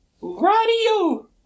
Radio